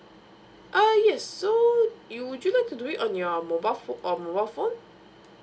err yes so you would you like to do it on your mobile pho or mobile phone